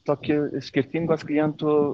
tokių skirtingos klientų